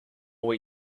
what